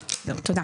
תודה.